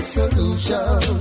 solution